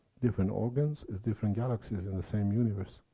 different organs is different galaxies in the same universe.